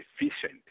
efficient